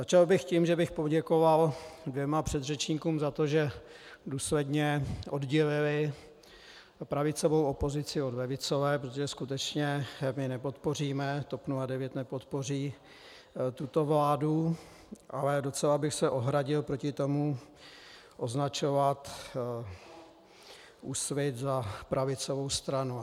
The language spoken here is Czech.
Začal bych tím, že bych poděkoval dvěma předřečníkům za to, že důsledně oddělili pravicovou opozici od levicové, protože skutečně my nepodpoříme, TOP 09 nepodpoří tuto vládu, ale docela bych se ohradil proti tomu označovat Úsvit za pravicovou stranu.